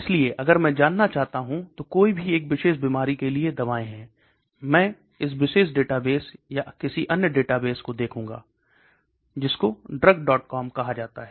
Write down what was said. इसलिए अगर मैं जानना चाहता हूं तो कोई भी एक विशेष बीमारी के लिए दवाएं है मैं इस विशेष डेटाबेस या किसी अन्य डेटाबेस को देखूंगा drugcom कहा जाता है